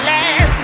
Last